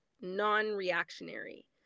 non-reactionary